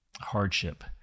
hardship